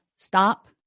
Stop